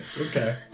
Okay